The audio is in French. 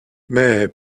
mais